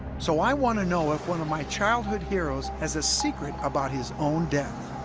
so i want to know if one of my childhood heroes has a secret about his own death